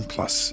Plus